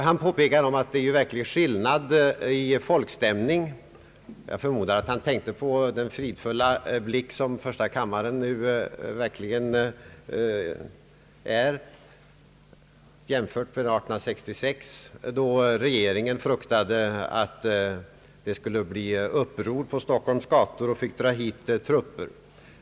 Han påpekade att det rådde en verklig skillnad i fråga om folkstämning — jag förmodar att han tänkte på den fridfulla blick som första kammaren nu verkligen utgör jämfört med förhållandena 1866, då regeringen fruktade att det skulle bli uppror på Stockholms gator och fick dra hit trupper.